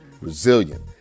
resilient